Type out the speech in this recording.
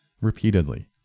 repeatedly